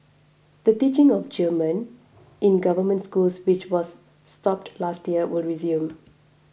the teaching of German in government schools which was stopped last year will resume